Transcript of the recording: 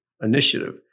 initiative